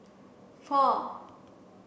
four